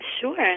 Sure